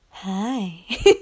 Hi